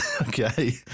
Okay